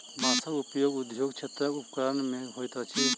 बांसक उपयोग उद्योग क्षेत्रक उपकरण मे होइत अछि